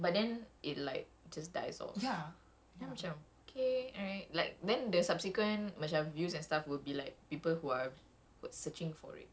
that's the thing which I'm god I'm very surprised because like once I post terus like it's very fast but then it like just dies off I macam okay all right